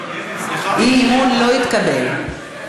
האי-האמון לא התקבל,